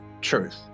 truth